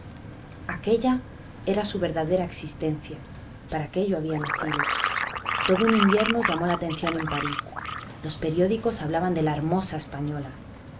aquella era su verdadera existencia para aquello había nacido todo un invierno llamó la atención en parís los periódicos hablaban de la hermosa española